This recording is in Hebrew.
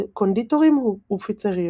קונדיטורים ופיצריות.